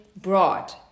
broad